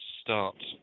start